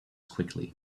quickly